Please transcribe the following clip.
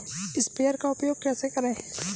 Sprayer का उपयोग कैसे करें?